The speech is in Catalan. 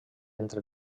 entre